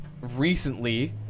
recently